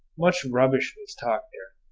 much rubbish was talked there,